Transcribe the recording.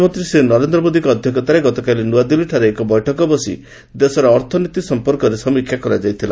ପ୍ରଧାନମନ୍ତ୍ରୀ ଶ୍ରୀ ନରେନ୍ଦ୍ର ମୋଦୀଙ୍କ ଅଧ୍ୟକ୍ଷତାରେ ଗତକାଲି ନ୍ତଆଦିଲ୍ଲୀଠାରେ ଏକ ବୈଠକ ବସି ଦେଶରେ ଅର୍ଥନୀତି ସମ୍ପର୍କରେ ସମୀକ୍ଷା କରାଯାଇଥିଲା